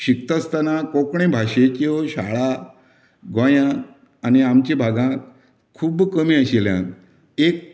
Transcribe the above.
शिकता आसतना कोंकणी भाशेच्यो शाळां गोंयांत आनी आमच्या भागांत खूब कमी आशिल्ल्यान एक